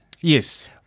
Yes